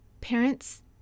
Parents